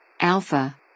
Alpha